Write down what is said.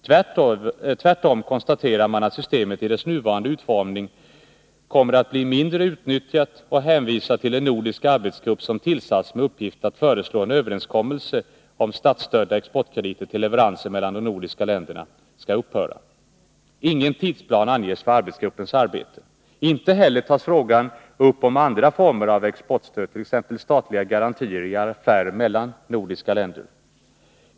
Tvärtom konstaterar man att systemet i sin nuvarande utformning kommer att bli mindre utnyttjat och hänvisar till en nordisk arbetsgrupp som tillsatts, med uppgift att föreslå att en överenskommelse om statsstödda exportkrediter till leveranser mellan de nordiska länderna skall upphöra. Ingen tidsplan anges för arbetsgruppens arbete. Inte heller tas frågan upp om andra former av exportstöd, t.ex. statliga garantier i affärer mellan nordiska länder.